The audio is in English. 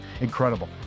Incredible